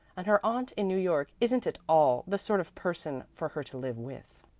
and her aunt in new york isn't at all the sort of person for her to live with.